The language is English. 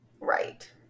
Right